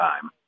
time